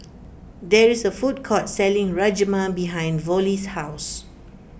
there is a food court selling Rajma behind Vollie's house